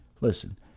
Listen